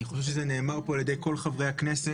אני חושב שזה נאמר פה על ידי כל חברי הכנסת.